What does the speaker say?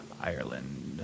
Ireland